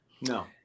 No